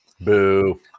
Boo